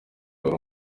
wari